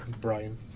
Brian